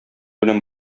белән